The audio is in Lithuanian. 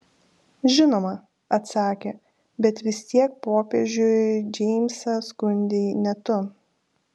žinoma atsakė bet vis tiek popiežiui džeimsą skundei ne tu